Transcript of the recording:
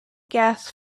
gas